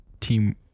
team